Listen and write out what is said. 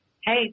hey